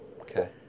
Okay